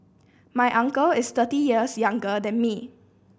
my uncle is thirty years younger than me